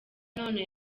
none